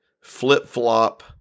flip-flop